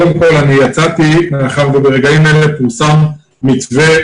אני יצאתי מאחר וברגעים אלה פורסם מתווה